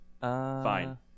Fine